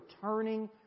turning